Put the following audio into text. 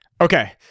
okay